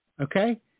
Okay